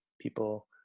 people